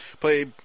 play